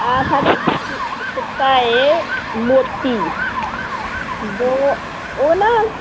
ਸਾਡਾ ਨਾ ਕੁੱਤਾ ਏ ਮੋਤੀ ਜੋ ਉਹ ਨਾ